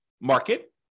market